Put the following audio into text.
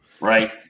right